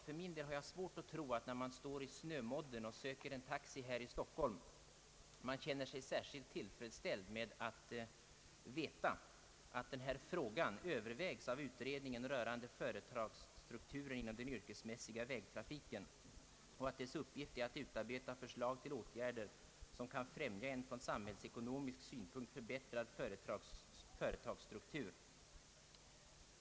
För min del har jag svårt att tro att de som står i shömodden och söker en taxi i Stockholm känner sig tillfredsställda med vetskapen att denna fråga överväges av utredningen rörande företagsstrukturer inom den yrkesmässiga vägtrafiken, och att dess uppgift är att utarbeta förslag till åtgärder som kan främja en från samhällsekonomisk synpunkt förbättrad företagsstruktur.